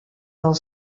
del